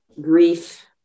grief